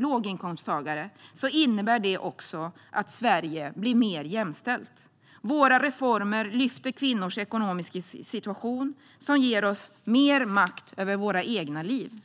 låginkomsttagare innebär det också att Sverige blir mer jämställt. Våra reformer lyfter kvinnors ekonomiska situation, något som ger oss mer makt över våra egna liv.